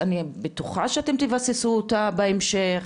שאני בטוחה שאתם תבססו אותה בהמשך,